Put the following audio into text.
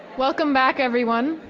welcome back, everyone.